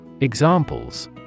Examples